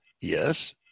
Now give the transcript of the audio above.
yes